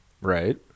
Right